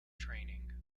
training